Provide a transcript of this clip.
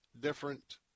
different